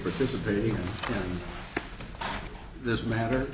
participating in this matter